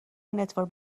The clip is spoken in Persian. نتورک